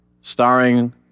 starring